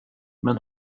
men